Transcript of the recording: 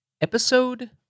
Episode